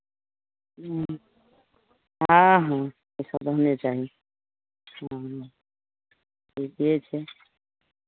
ह्म्म हँ हँ ई सभ रहने चाही ह्म्म ठीके छै